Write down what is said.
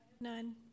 None